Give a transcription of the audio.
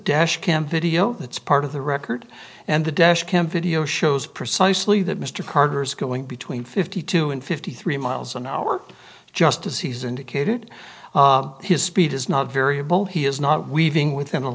dash cam video that's part of the record and the desh cam video shows precisely that mr carter's going between fifty two and fifty three miles an hour just as he's indicated his speed is not variable he is not weaving within